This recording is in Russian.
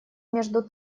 между